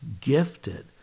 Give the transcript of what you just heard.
gifted